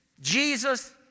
Jesus